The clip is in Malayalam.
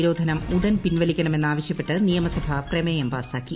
നിരോധനം ഉടൻ പിൻവലിക്കണ്ണുമിന്നു് ആവശ്യപ്പെട്ട് നിയമസഭ പ്രമേയം പാസാക്കി